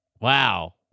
Wow